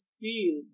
feel